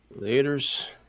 Laters